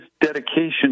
dedication